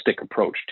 approach